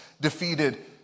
defeated